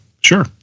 Sure